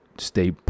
stay